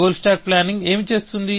goal stack planning ఏమి చేస్తుంది